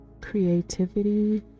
Creativity